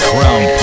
Crown